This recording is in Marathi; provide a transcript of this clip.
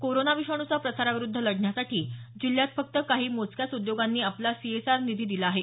कोरोना विषाणूच्या प्रसाराविरूद्ध लढण्यासाठी जिल्ह्यात फक्त काही मोजक्याच उद्योगांनी आपला सीएसआर निधी दिला आहे